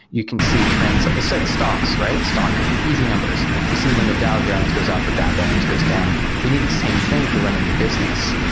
you can see trends. it's like stocks, right? easy numbers. you see when the dow jones goes up or dow jones goes down. we need the same thing for running the business,